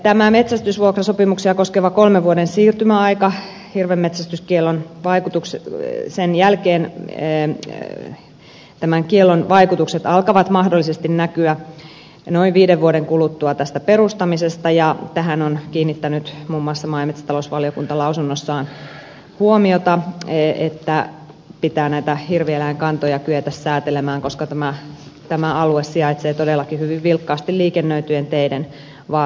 tämän metsästysvuokrasopimuksia koskevan kolmen vuoden siirtymäajan jälkeen tämän kiellon vaikutukset alkavat mahdollisesti näkyä noin viiden vuoden kuluttua tästä perustamisesta ja tähän on kiinnittänyt muun muassa maa ja metsätalousvaliokunta lausunnossaan huomiota että pitää näitä hirvieläinkantoja kyetä säätelemään koska tämä alue sijaitsee todellakin hyvin vilkkaasti liikennöityjen teiden varrella